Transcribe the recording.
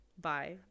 Bye